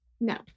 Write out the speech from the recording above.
No